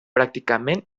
pràcticament